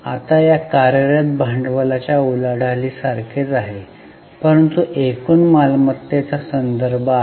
आता या कार्यरत भांडवलाच्या उलाढालीसारखेच आहे परंतु एकूण मालमत्तेचा संदर्भ आहे